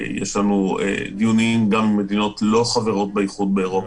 יש לנו דיונים גם עם מדינות לא חברות באיחוד האירופי,